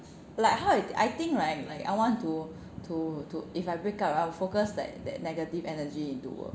like how I think I think right like I want to to to if I break up right I will focus that that negative energy into work